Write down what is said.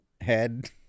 head